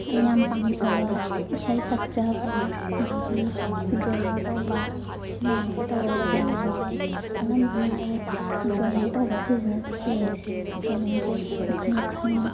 ꯑꯩ ꯌꯥꯝꯅ ꯄꯥꯝꯖꯕ ꯏꯁꯩ ꯁꯛꯆꯕ ꯑꯗꯒꯤ ꯗ꯭ꯔꯣꯋꯤꯡ ꯇꯧꯕ ꯁꯤ ꯃꯌꯥꯝꯁꯤ ꯇꯧꯔꯒ ꯑꯗꯨꯝ ꯂꯦꯟꯖꯩ ꯑꯅꯝꯕꯅ ꯑꯩ ꯗ꯭ꯔꯣꯋꯤꯡ ꯇꯧꯕ ꯁꯤꯖꯤꯅꯗꯤ ꯍꯦꯜꯂꯦ ꯗ꯭ꯔꯣꯋꯤꯡꯁꯦ ꯃꯈꯜ ꯃꯈꯜ